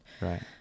right